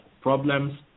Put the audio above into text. problems